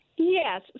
Yes